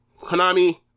Konami